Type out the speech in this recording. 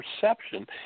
perception